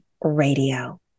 Radio